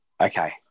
Okay